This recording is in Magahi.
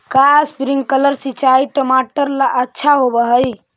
का स्प्रिंकलर सिंचाई टमाटर ला अच्छा होव हई?